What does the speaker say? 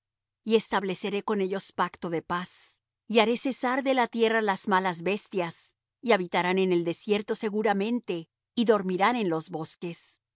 y estableceré con ellos pacto de paz y haré cesar de la tierra las malas bestias y habitarán en el desierto seguramente y dormirán en los bosques